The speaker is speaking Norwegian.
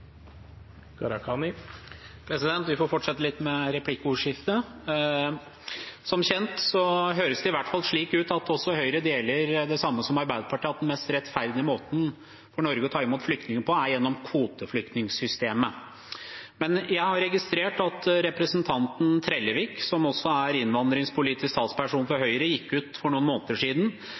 Vi får fortsette litt med replikkordskiftet. Som kjent – det høres i hvert fall slik ut – deler Høyre Arbeiderpartiets syn, at den mest rettferdige måten for Norge å ta imot flyktninger på er gjennom kvoteflyktningsystemet. Men jeg har registrert at representanten Trellevik, som også er innvandringspolitisk talsperson for Høyre, gikk ut for noen måneder siden